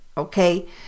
Okay